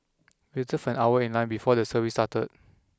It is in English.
waited for an hour in line before the service started